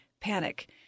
panic